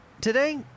Today